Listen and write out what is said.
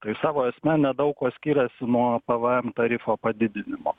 tai savo esme nedaug kuo skiriasi nuo pvm tarifo padidinimo